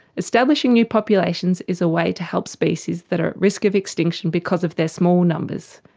establishing new populations is a way to help species that are at risk of extinction because of their small numbers.